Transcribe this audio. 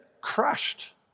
crushed